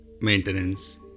maintenance